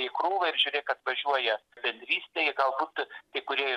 į krūvą ir žiūrėk atvažiuoja bendrystėj galbūt kai kurie